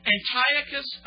Antiochus